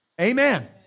Amen